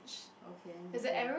okay then different